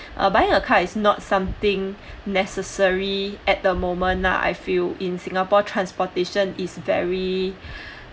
uh buying a car is not something necessary at the moment lah I feel in singapore transportation is very